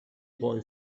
boy